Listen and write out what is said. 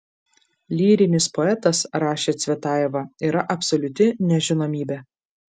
lyrinis poetas rašė cvetajeva yra absoliuti nežinomybė